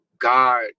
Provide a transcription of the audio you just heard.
God